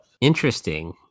Interesting